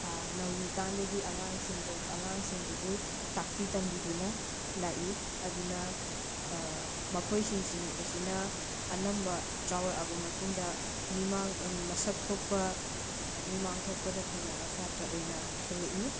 ꯅꯧꯔꯤꯀꯥꯟꯗꯒꯤ ꯑꯉꯥꯡꯁꯤꯡꯗ ꯑꯥꯉꯥꯡꯁꯤꯡꯗꯨꯕꯨ ꯇꯥꯛꯄꯤ ꯇꯝꯕꯤꯗꯨꯅ ꯂꯥꯏ ꯑꯗꯨꯅ ꯃꯈꯣꯏꯁꯤꯡꯁꯤꯡ ꯑꯁꯤꯅ ꯑꯅꯝꯕ ꯆꯥꯎꯔꯛꯂꯕ ꯃꯇꯨꯡꯗ ꯃꯤꯃꯥꯡ ꯃꯁꯛꯊꯣꯛꯄ ꯃꯤꯃꯥꯡ ꯊꯣꯛꯄꯗ ꯐꯖꯕ ꯁꯥꯇ꯭ꯔ ꯑꯣꯏꯅ ꯊꯣꯛꯂꯛꯏ